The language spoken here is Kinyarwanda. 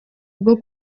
bwo